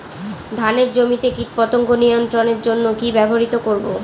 ধানের জমিতে কীটপতঙ্গ নিয়ন্ত্রণের জন্য কি ব্যবহৃত করব?